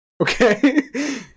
Okay